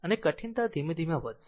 અને કઠિનતા ધીમે ધીમે વધશે